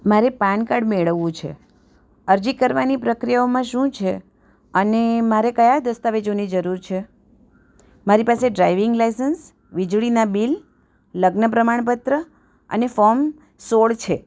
મારે PAN card મેળવવું છે અરજી કરવાની પ્રક્રિયાઓમાં શું છે અને મારે કયા દસ્તાવેજોની જરૂર છે મારી પાસે મારી ડ્રાઇવિંગ લાયસન્સ વીજળીનાં બિલ લગ્ન પ્રમાણપત્ર અને ફોર્મ સોળ છે